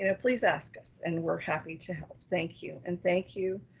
ah please ask us and we're happy to help. thank you and thank you,